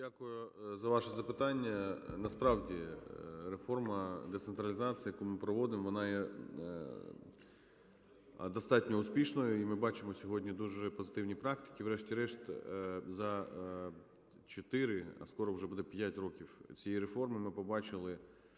Дякую за ваше запитання. Насправді, реформа децентралізації, яку ми проводимо, вона є достатньо успішною, і ми бачимо сьогодні дуже позитивні практики. Врешті-решт за 4, а скоро вже буде 5 років, цієї реформи, ми побачили,